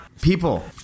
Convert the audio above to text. People